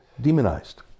demonized